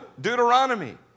Deuteronomy